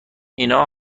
اینا